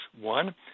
One